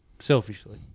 Selfishly